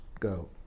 go